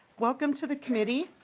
welcome to the committee.